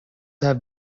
have